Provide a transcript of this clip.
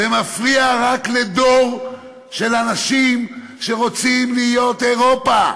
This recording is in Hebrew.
זה מפריע רק לדור של אנשים שרוצים להיות אירופה.